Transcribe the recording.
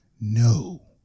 No